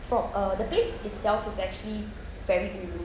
for uh the place itself it's actually very ulu